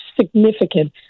significant